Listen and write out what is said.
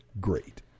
great